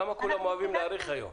למה כולם אוהבים להאריך היום?